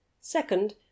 Second